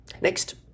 Next